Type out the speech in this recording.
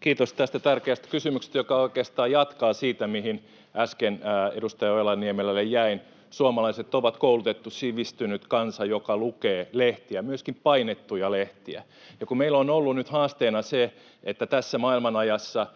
Kiitos tästä tärkeästä kysymyksestä, joka oikeastaan jatkaa siitä, mihin äsken edustaja Ojala-Niemelälle jäin. Suomalaiset ovat koulutettu, sivistynyt kansa, joka lukee lehtiä, myöskin painettuja lehtiä. Ja kun meillä on ollut nyt haasteena se, että tässä maailmanajassa